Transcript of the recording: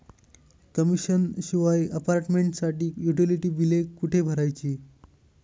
Commission शिवाय अपार्टमेंटसाठी utility बिले कुठे भरायची?